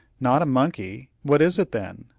not a monkey! what is it, then?